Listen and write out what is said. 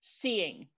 seeing